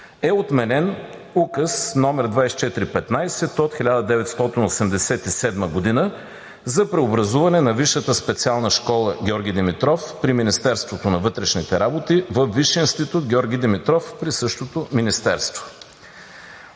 е отменен Указ № 24-15 от 1987 г. за преобразуване на Висшата специална школа „Георги Димитров“ при Министерството на вътрешните работи във Висш институт „Георги Димитров“ при същото министерство.